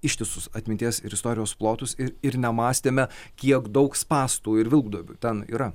ištisus atminties ir istorijos plotus ir ir nemąstėme kiek daug spąstų ir vilkduobių ten yra